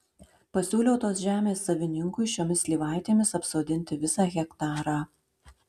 pasiūliau tos žemės savininkui šiomis slyvaitėmis apsodinti visą hektarą